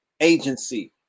Agency